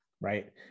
right